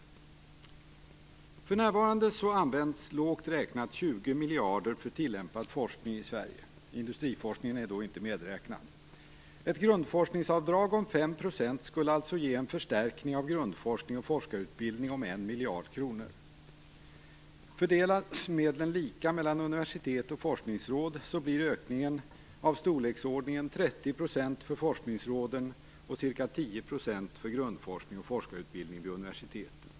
För närvarande används lågt räknat 20 miljarder för tillämpad forskning, industriforskningen ej medräknad. Ett grundforskningsavdrag om 5 % skulle alltså ge en förstärkning av grundforskning och forskarutbildning om 1 miljard. Fördelas medlen lika mellan universitet och forskningsråd blir ökningen av storleksordningen 30 % för forskningsråden och ca 10 % för grundforskningen och forskarutbildningen vid universiteten.